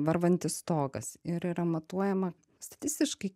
varvantis stogas ir yra matuojama statistiškai